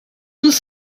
nous